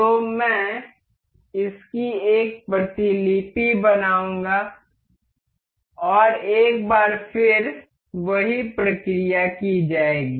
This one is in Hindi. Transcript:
तो मैं इसकी एक प्रतिलिपि बनाऊंगा और एक बार फिर वही प्रक्रिया की जाएगी